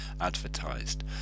advertised